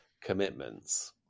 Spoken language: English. commitments